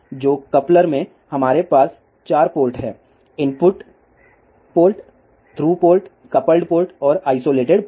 तो कपलर में हमारे पास 4 पोर्ट हैं input port through port coupled port और आईसोलेटेड पोर्ट